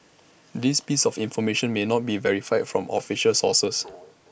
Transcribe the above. this piece of information may not be verified from official sources